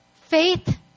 Faith